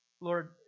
Lord